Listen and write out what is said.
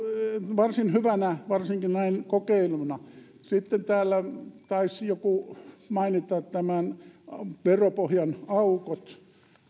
varsin hyvänä varsinkin näin kokeiluna sitten täällä taisi joku mainita veropohjan aukot